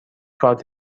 کارت